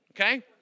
Okay